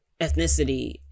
ethnicity